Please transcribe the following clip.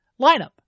lineup